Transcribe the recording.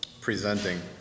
presenting